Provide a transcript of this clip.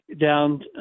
down